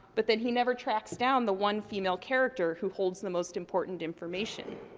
but then he never tracks down the one female character who holds the most important information.